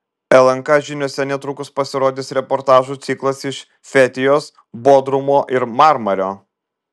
lnk žiniose netrukus pasirodys reportažų ciklas iš fetijos bodrumo ir marmario